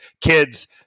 kids